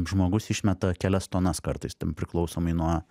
žmogus išmeta kelias tonas kartais ten priklausomai nuo